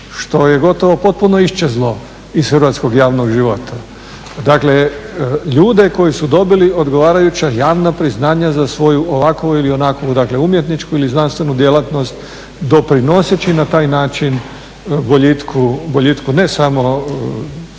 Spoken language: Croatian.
što je gotovo potpuno iščezlo iz hrvatskog javnog života. Dakle, ljude koji su dobili odgovarajuća javna priznanja za svoju ovakvu ili onakvu dakle umjetničku ili znanstvenu djelatnost doprinoseći na taj način boljitku ne samo ljudi